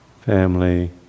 family